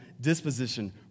disposition